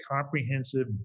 comprehensive